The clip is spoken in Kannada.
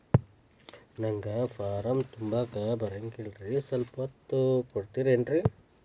ನಂಗ ಫಾರಂ ತುಂಬಾಕ ಬರಂಗಿಲ್ರಿ ಸ್ವಲ್ಪ ತುಂಬಿ ಕೊಡ್ತಿರೇನ್ರಿ?